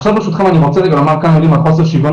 עכשיו ברשותכם אני רוצה לומר כמה מילים על חוסר שוויון